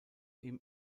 ihm